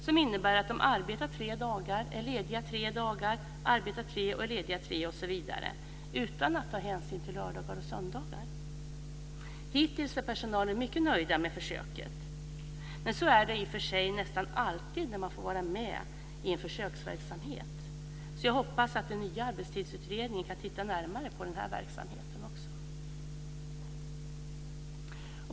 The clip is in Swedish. Det innebär att de arbetar tre dagar och är lediga tre dagar osv., utan att ta hänsyn till lördagar och söndagar. Hittills är personalen mycket nöjd med försöket. Så är det i och för sig nästan alltid när man får vara med i en försöksverksamhet. Jag hoppas att den nya arbetstidsutredningen kan titta närmare på den verksamheten.